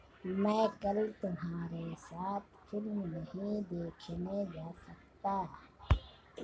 मैं कल तुम्हारे साथ फिल्म नहीं देखने जा सकता